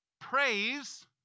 Praise